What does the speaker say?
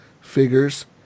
figures